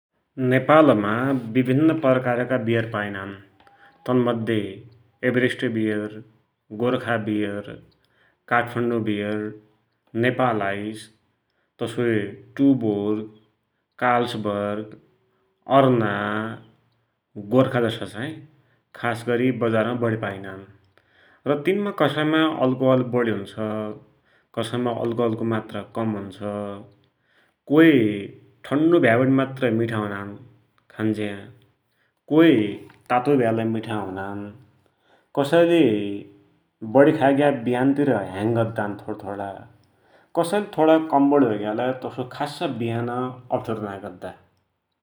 नेपालमा विभिन्न प्रकारका बियर पाइनान, तनमध्ये Everest beer, Gorkha beer, Kathmandu beer, Nepal Ice, तसोई टुबोर्ग, काल्सबर्ग, अर्ना, गोर्खा जसा चाहि खास गरि बाजार मा बढी पाइनान र तिन मा कसै मा अल्कोहल बढी हुन्छ, कसैमा अल्कोहल को मात्रा कम हुन्छ, कोइ ठनडो भया मात्र मिठा हुनान खान्ज्या, कोइ तातोई भ्यालै मिठाई हुनान, कसैले बडि खाइग्या बिहानतिर ह्याङ्ग गद्दान थोडा थोडा, कसैले थोडा कम बढी होइग्यालै तस्सो बिहान अप्ठेरो नाइँ गद्दा।